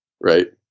right